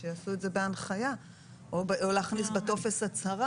שיעשו את זה בהנחיה או להכניס בטופס הצהרה,